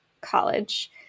college